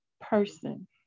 person